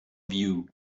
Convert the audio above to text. view